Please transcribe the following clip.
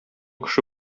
кеше